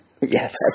Yes